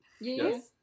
Yes